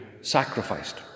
sacrificed